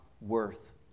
worth